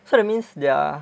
so that means their